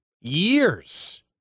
years